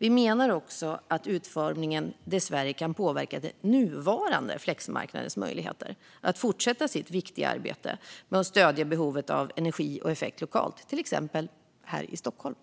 Vi menar också att utformningen dessvärre kan påverka den nuvarande flexmarknadens möjligheter att fortsätta sitt viktiga arbete med att stödja dem som har behov av energi och effekt lokalt, till exempel här i Stockholm.